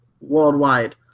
worldwide